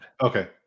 okay